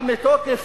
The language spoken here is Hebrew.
אבל מתוקף